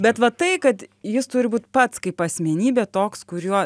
bet va tai kad jis turi būti pats kaip asmenybė toks kuriuo